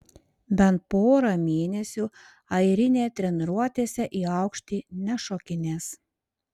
bent pora mėnesių airinė treniruotėse į aukštį nešokinės